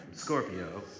Scorpio